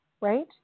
Right